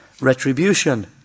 retribution